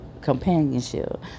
companionship